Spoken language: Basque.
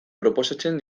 proposatzen